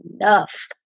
enough